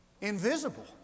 invisible